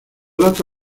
dato